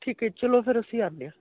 ਠੀਕ ਐਹੈਚਲੋ ਫਿਰ ਅਸੀਂ ਆਉਣੇ ਹਾਂ